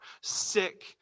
sick